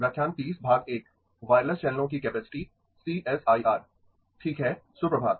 व्याख्यान 30 भाग 1 वायरलेस चैनलों की कैपेसिटी - सीएसआईआर ठीक है सुप्रभात